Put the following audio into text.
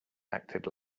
acted